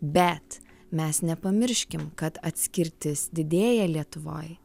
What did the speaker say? bet mes nepamirškim kad atskirti jis didėja lietuvoj